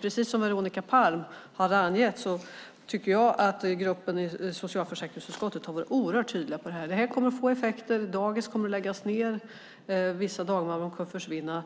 Precis som Veronica Palm tycker jag att gruppen i socialförsäkringsutskottet har varit oerhört tydlig med att det här kommer att få effekter, att dagis kommer att läggas ned och att vissa dagmammor kommer att försvinna.